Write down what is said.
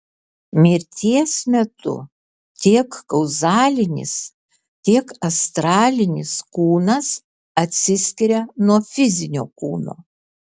mirties metu tiek kauzalinis tiek astralinis kūnas atsiskiria nuo fizinio kūno